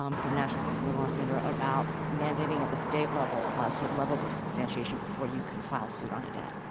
um from national consumer law center ah about mandating at the state level, ah, certain levels of substantiation before you can file suit on a debt.